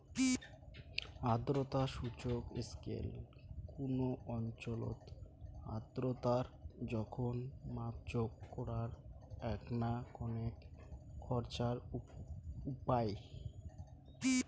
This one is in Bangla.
আর্দ্রতা সূচক স্কেল কুনো অঞ্চলত আর্দ্রতার জোখন মাপজোক করার এ্যাকনা কণেক খরচার উপাই